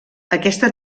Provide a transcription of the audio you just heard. aquesta